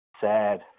sad